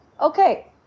okay